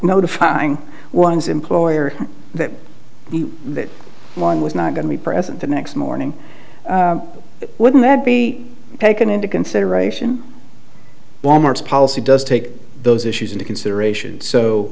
notifying one's employer that he that one was not going to be present the next morning wouldn't that be taken into consideration wal mart's policy does take those issues into consideration